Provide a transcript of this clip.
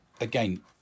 again